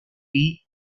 lee